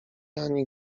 ani